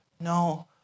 No